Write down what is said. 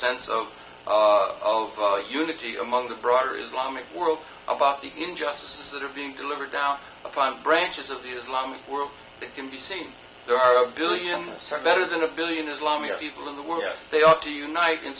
sense of of unity among the broader islamic world about the injustices that are being delivered now upon branches of the islamic world that can be seen there are a billion some better than a billion islamia people in the world they ought to unite